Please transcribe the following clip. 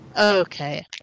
okay